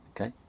Okay